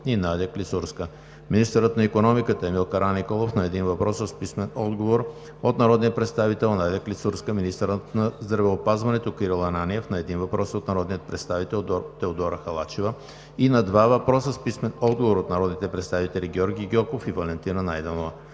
и Надя Клисурска-Жекова; - министърът на икономиката Емил Караниколов – на един въпрос с писмен отговор от народния представител Надя Клисурска Жекова; - министърът на здравеопазването Кирил Ананиев – на един въпрос от народния представител Теодора Халачева; и на два въпроса с писмен отговор от народните представители Георги Гьоков; и Валентина Найденова.